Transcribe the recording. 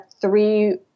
three